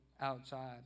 outside